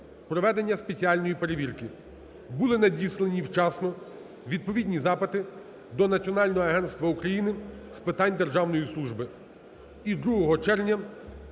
проведення спеціальної перевірки. Були надіслані вчасно відповідні запити до Національного агентства України з питань державної служби. І 2 червня